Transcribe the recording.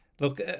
look